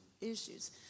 issues